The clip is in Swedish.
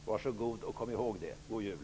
Var så goda och kom ihåg det! God Jul!